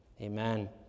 amen